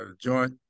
joint